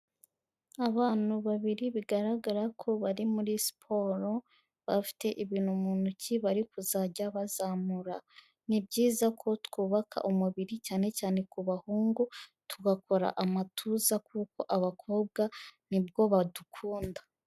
Abantu babiri bigaragara ko bari muri siporo, bafite ibintu mu ntoki bari kuzajya bazamura. Ni byiza ko twubaka umubiri, cyane cyane ku bahungu, tugakora amatuza kuko abakobwa nibwo badukunda.